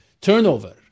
turnover